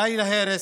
די להרס,